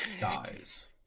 dies